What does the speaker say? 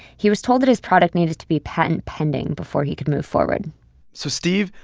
he was told that his product needed to be patent pending before he could move forward so steve,